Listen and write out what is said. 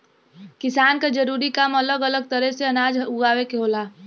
किसान क जरूरी काम अलग अलग तरे से अनाज उगावे क होला